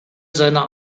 seiner